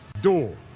door